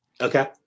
Okay